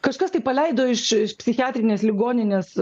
kažkas tai paleido iš iš psichiatrinės ligoninės